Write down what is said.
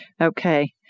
Okay